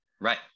Right